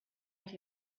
into